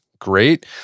great